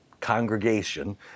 congregation